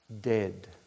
dead